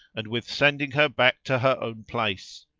and with sending her back to her own place.